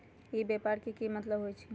ई व्यापार के की मतलब होई छई?